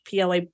PLA